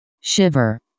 Shiver